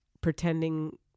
pretending